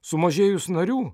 sumažėjus narių